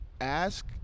ask